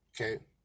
Okay